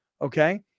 okay